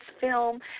film